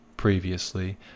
Previously